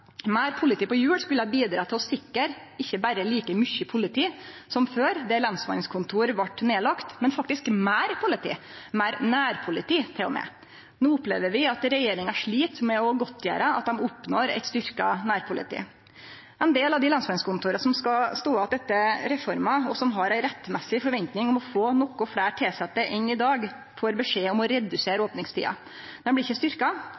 Meir politi på hjul skulle bidra til å sikre ikkje berre like mykje politi som før der lensmannskontor vart nedlagde, men faktisk meir politi – meir nærpoliti til og med. No opplever vi at regjeringa slit med å godtgjere at dei oppnår eit styrkt nærpoliti. Ein del av dei lensmannskontora som skal stå att etter reforma, og som har ei rettmessig forventning om å få noko fleire tilsette enn i dag, får beskjed om å redusere opningstida. Dei blir ikkje